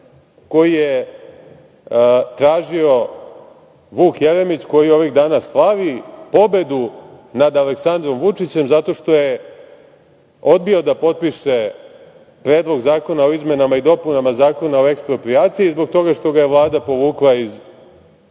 koje je tražio Vuk Jeremić, koji ovih dana slavi pobedu nad Aleksandrom Vučićem zato što je odbio da potpiše Predlog zakona o izmenama i dopunama Zakona o eksproprijaciji i zbog toga što ga je Vlada povukla iz